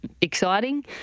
exciting